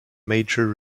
major